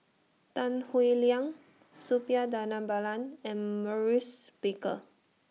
Tan Howe Liang Suppiah Dhanabalan and Maurice Baker